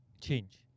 change